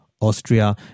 Austria